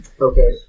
Okay